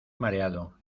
mareado